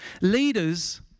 Leaders